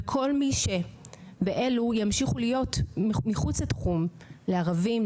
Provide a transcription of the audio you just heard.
ואלו ימשיכו להיות מחוץ לתחום לערבים,